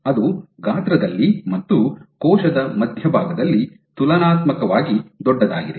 ಅದು ಗಾತ್ರದಲ್ಲಿ ಮತ್ತು ಕೋಶದ ಮಧ್ಯಭಾಗದಲ್ಲಿ ತುಲನಾತ್ಮಕವಾಗಿ ದೊಡ್ಡದಾಗಿದೆ